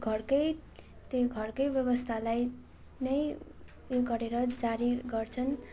घरकै त्यही घरकै व्यवस्थालाई नै उयो गरेर जारी गर्छन्